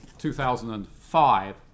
2005